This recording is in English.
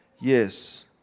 Yes